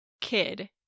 kid